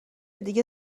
دیگه